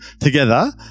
together